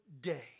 day